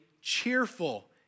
cheerful